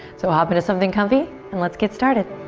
so hop into something comfy and let's get started.